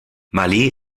malé